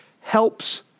helps